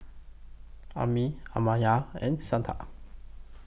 Amit Amartya and Satya